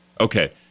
Okay